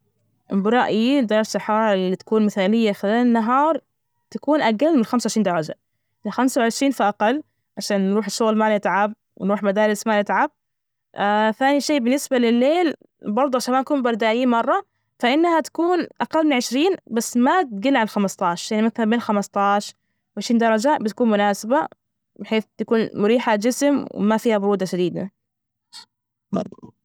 برأيي درجة الحرارة اللي تكون مثالية خلال النهار تكون أجل من خمسة وعشرين درجة، من خمسة وعشرين فأقل عشان نروح الشغل ما نتعب ونروح مدارس ما نتعب، ثاني شي بالنسبة لليل برضه عشان ما أكون برداليين مرة فإنها تكون أقل من عشرين بس ما تجل عن خمسة عشر يعني مثلا بين خمسة عشر، وعشرين درجة بتكون مناسبة بحيث تكون مريحة جسم وما فيها برودة شديدة.